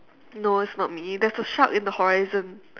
no it's not me there's a shark in the horizon